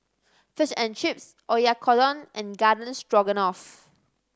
Fish and Chips Oyakodon and Garden Stroganoff